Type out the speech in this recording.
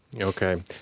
Okay